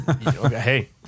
Hey